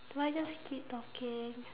do I just keep talking